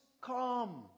come